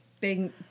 Big